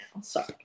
Sorry